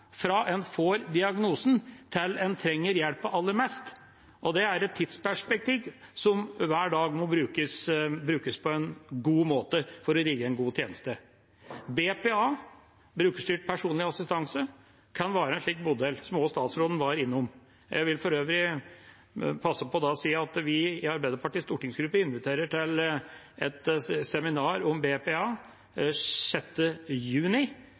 fra en får diagnosen, til en trenger hjelpen aller mest. Det er et tidsperspektiv som hver dag må brukes på en god måte for å rigge en god tjeneste. BPA, brukerstyrt personlig assistanse, kan være en slik modell, som også statsråden var innom. Jeg vil for øvrig da passe på å si at vi i Arbeiderpartiets stortingsgruppe inviterer til et seminar om BPA 6. juni,